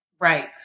Right